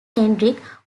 hendrik